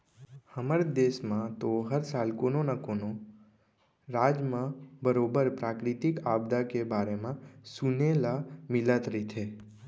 हमर देस म तो हर साल कोनो न कोनो राज म बरोबर प्राकृतिक आपदा के बारे म म सुने ल मिलत रहिथे